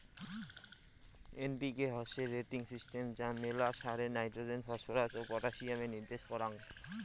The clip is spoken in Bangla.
এন.পি.কে হসে রেটিং সিস্টেম যা মেলা সারে নাইট্রোজেন, ফসফরাস ও পটাসিয়ামের নির্দেশ কারাঙ